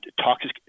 Toxic